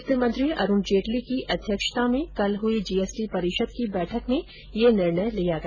वित्त मंत्री अरूण जेटली की अध्यक्षता में कल हुई जीएसटी परिषद की बैठक में ये निर्णय लिया गया